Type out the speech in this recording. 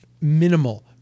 minimal